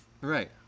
Right